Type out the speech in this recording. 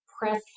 press